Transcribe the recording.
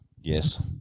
Yes